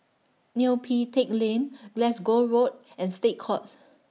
Neo Pee Teck Lane Glasgow Road and State Courts